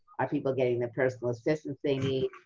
are people getting the personal assistance they need.